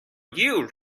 you